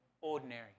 ordinary